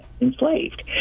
enslaved